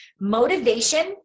Motivation